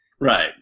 Right